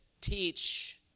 teach